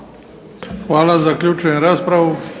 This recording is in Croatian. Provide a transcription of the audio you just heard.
Hvala. Zaključujem raspravu.